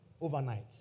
overnight